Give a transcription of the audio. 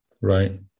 right